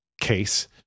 case